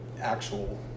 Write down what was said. actual